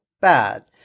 bad